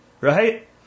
right